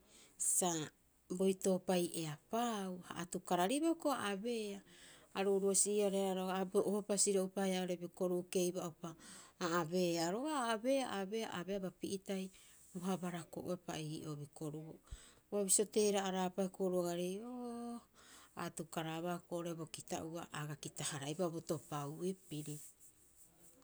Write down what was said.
Sa boitoopai eapaau, ha atukararibaa hioko'i a abeea. Aru uruu'osii- hareehara roga'a a bo ohopa siro'upa haia oo'ore bikoru'u keiba'upa, a abeea roga'a, a abeea, a abeea a abeea bapi'itai. Uaha barakoepa ii'oo bikoru'u. Ua bisio teera'araapa hioko'i oru agaarei, ooo, a atukaraaba hioko'i oo'ore bo kita'oa, a aga kita- haraibaa bo topaui piri